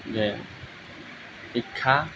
যে শিক্ষা